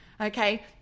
okay